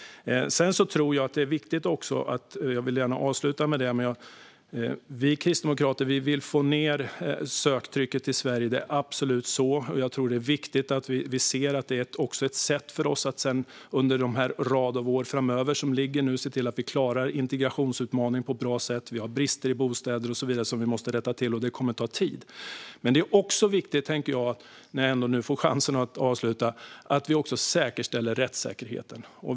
Något som jag tror är viktigt och som jag gärna vill avsluta med är att vi kristdemokrater vill få ned söktrycket till Sverige. Det är absolut så. Det är viktigt att vi ser att detta är ett sätt för oss att under raden av år framöver se till att vi klarar integrationsutmaningen på ett bra sätt. Vi har brister i bostäder och så vidare som vi måste rätta till, och det kommer att ta tid. Det är också viktigt, när jag nu får chansen att avsluta, att vi säkerställer rättssäkerheten.